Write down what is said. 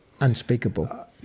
unspeakable